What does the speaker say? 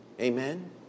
Amen